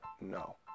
no